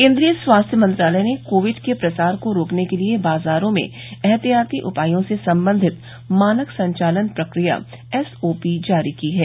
केन्द्रीय स्वास्थ्य मंत्रालय ने कोविड के प्रसार को रोकने के लिए बाजारों में ऐहतियाती उपायों से संबंधित मानक संचालन प्रक्रिया एसओपी जारी की हैं